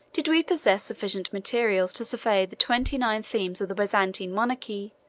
did we possess sufficient materials to survey the twenty-nine themes of the byzantine monarchy,